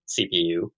cpu